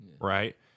right